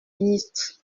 ministre